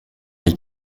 les